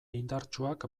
indartsuak